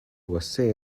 usa